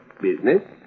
Business